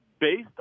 based